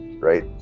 right